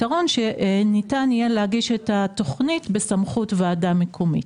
ניתן יהיה להגיש את התוכנית בסמכות ועדה מקומית.